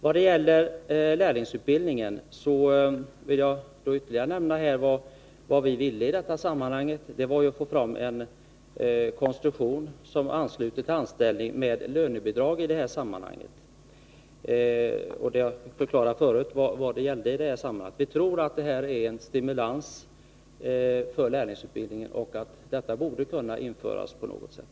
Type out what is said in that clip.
När det gäller lärlingsutbildningen vill jag ytterligare säga att vad vi ville i detta sammanhang var att få fram en konstruktion som ansluter till anställning med lönebidrag. Jag förklarade förut vad detta gällde. Vi tror att det är en stimulans för lärlingsutbildning och att det borde kunna införas på något sätt.